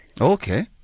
Okay